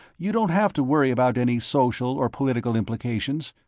you don't have to worry about any social or political implications.